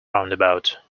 roundabout